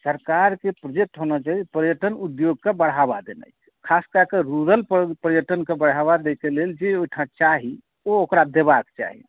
सरकारके प्रोजेक्ट होना चाही पर्यटनक बढ़ावा पर्यटन उद्योगक बढ़ावा देनाइ खास कय कऽ रूरल पर्यटनक बढ़ावा दैकऽ लेल जे ओहिठाम चाही ओ ओकरा देबाक चाही